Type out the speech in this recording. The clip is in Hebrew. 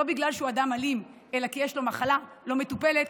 לא בגלל שהוא אדם אלים אלא כי יש לו מחלה לא מטופלת,